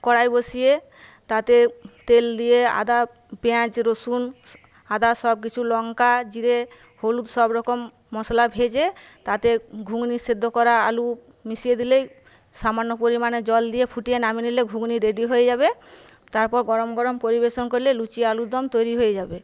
কড়াই বসিয়ে তাতে তেল দিয়ে আদা পেঁয়াজ রসুন আদা সবকিছু লঙ্কা জিরে হলুদ সব রকম মশলা ভেজে তাতে ঘুগনি সেদ্ধ করা আলু মিশিয়ে দিলেই সামান্য পরিমাণে জল দিয়ে ফুটিয়ে নামিয়ে নিলেই ঘুগনি রেডি হয়ে যাবে তারপর গরম গরম পরিবেশন করলেই লুচি আলুর দম তৈরি হয়ে যাবে